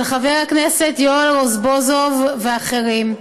של חבר הכנסת יואל רזבוזוב ואחרים,